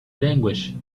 languages